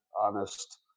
honest